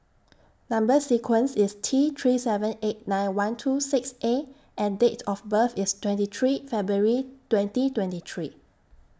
Number sequence IS T three seven eight nine one two six A and Date of birth IS twenty three February twenty twenty three